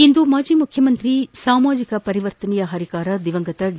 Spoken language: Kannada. ಇಂದು ಮಾಜಿ ಮುಖ್ಯಮಂತ್ರಿ ಸಾಮಾಜಿಕ ಪರಿವರ್ತನೆಯ ಹರಿಕಾರ ದಿವಂಗತ ಡಿ